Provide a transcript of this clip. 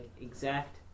exact